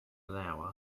allow